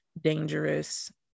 Dangerous